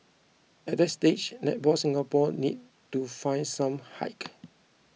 at that stage Netball Singapore needed to find some height